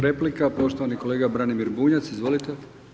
Replika, poštovani kolega Branimir Bunjac, izvolite.